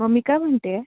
मग मी काय म्हणत आहे